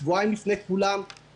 הקרן זה ייכשל שוב בדיוק מאותה סיבה.